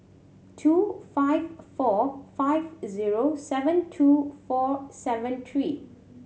two five four five zero seven two four seven three